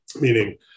meaning